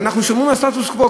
אנחנו שומרים על הסטטוס-קוו.